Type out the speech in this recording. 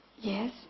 Yes